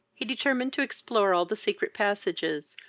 he determined to explore all the secret passages,